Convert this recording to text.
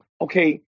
Okay